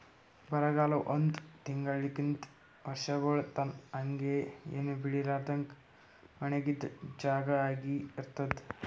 ಬರಗಾಲ ಒಂದ್ ತಿಂಗುಳಲಿಂತ್ ವರ್ಷಗೊಳ್ ತನಾ ಹಂಗೆ ಏನು ಬೆಳಿಲಾರದಂಗ್ ಒಣಗಿದ್ ಜಾಗಾ ಆಗಿ ಇರ್ತುದ್